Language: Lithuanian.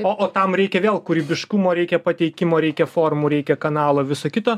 o o tam reikia vėl kūrybiškumo reikia pateikimo reikia formų reikia kanalo viso kito